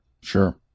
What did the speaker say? Sure